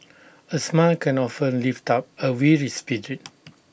A smile can often lift up A weary spirit